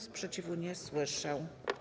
Sprzeciwu nie słyszę.